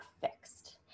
fixed